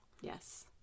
Yes